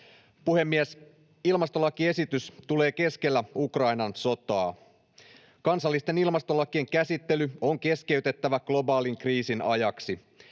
Puhemies! Ilmastolakiesitys tulee keskellä Ukrainan sotaa. Kansallisten ilmastolakien käsittely on keskeytettävä globaalin kriisin ajaksi.